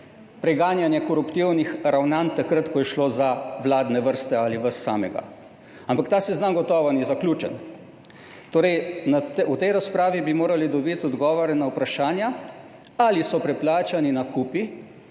preganjanje koruptivnih ravnanj, takrat ko je šlo za vladne vrste ali vas samega. Ampak ta seznam gotovo ni zaključen. V tej razpravi bi torej morali dobiti odgovore na vprašanja, ali so preplačani nakupi